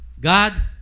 God